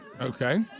Okay